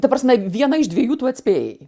ta prasme vieną iš dviejų tu atspėjai